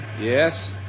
Yes